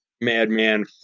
Madman